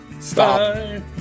stop